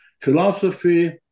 Philosophy